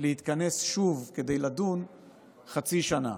להתכנס שוב כדי לדון חצי שנה.